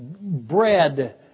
bread